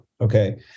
Okay